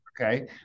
Okay